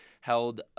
held